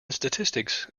statistics